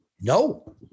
No